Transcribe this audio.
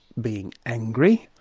being angry,